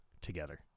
together